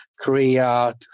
Korea